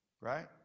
right